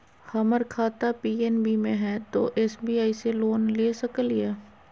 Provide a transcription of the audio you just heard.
हमर खाता पी.एन.बी मे हय, तो एस.बी.आई से लोन ले सकलिए?